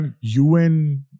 UN